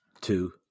two